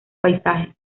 paisaje